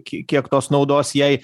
kiek tos naudos jei